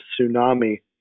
tsunami